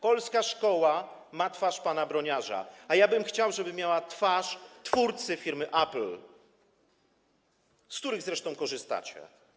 Polska szkoła ma twarz pana Broniarza, a ja bym chciał, żeby miała twarz twórcy firmy Apple, z urządzeń której zresztą korzystacie.